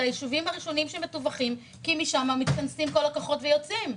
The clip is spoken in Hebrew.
הם הישובים הראשונים שמטווחים כי משם מתכנסים כל הכוחות ויוצאים.